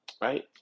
Right